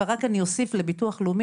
אני רק אוסיף שאני מודה לביטוח לאומי,